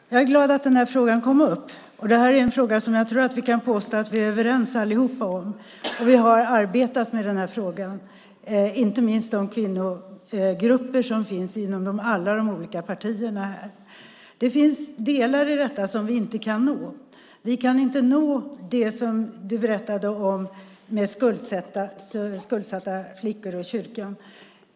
Herr talman! Jag är glad att den här frågan kom upp. Det är en fråga som jag tror att vi kan påstå att vi allihop är överens om. Vi har arbetat med frågan, inte minst de kvinnogrupper som finns inom alla de olika partierna här. Det finns delar i detta som vi inte kan nå. Vi kan inte nå det som du berättade om med skuldsatta flickor och kyrkan.